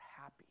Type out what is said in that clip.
happy